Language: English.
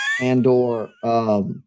and/or